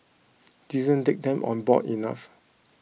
didn't take them on board enough